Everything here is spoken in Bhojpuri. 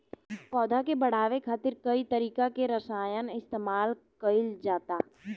पौधा के बढ़ावे खातिर कई तरीका के रसायन इस्तमाल कइल जाता